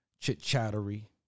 Chit-chattery